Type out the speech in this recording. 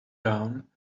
down